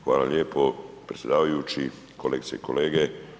Hvala lijepo predsjedavajući, kolegice i kolege.